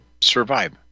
survive